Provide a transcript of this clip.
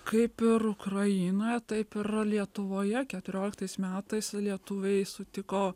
kaip ir ukrainoje taip ir lietuvoje keturioliktais metais lietuviai sutiko